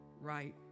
right